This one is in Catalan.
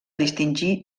distingir